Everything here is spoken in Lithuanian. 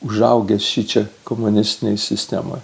užaugęs šičia komunistinėj sistemoj